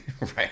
Right